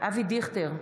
אבי דיכטר,